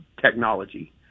technology